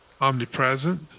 omnipresent